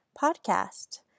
podcast